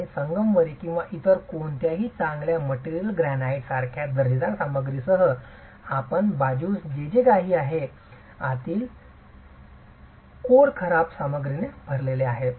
आणि संगमरवरी किंवा इतर कोणत्याही चांगल्या मटेरियल ग्रॅनाइट सारख्या दर्जेदार सामग्रीसह आतील बाजूस जे जे काही आहे तरीही आतील कोर खराब सामग्रीने भरलेले आहे